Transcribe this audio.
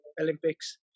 Olympics